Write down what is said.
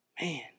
Man